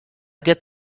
get